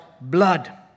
blood